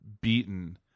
Beaten